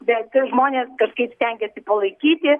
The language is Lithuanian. bet žmonės kažkaip stengiasi palaikyti